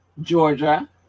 Georgia